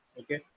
Okay